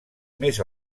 més